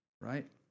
Right